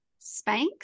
Spanx